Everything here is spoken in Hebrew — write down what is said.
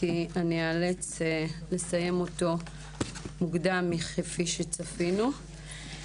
כי אני איאלץ לסיימו מוקדם מכפי שצפינו.